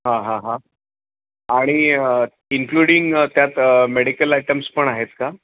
हां हां हां आणि इन्क्लुडिंग त्यात मेडिकल आयटम्स पण आहेत का